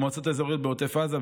במועצות האזוריות בעוטף עזה,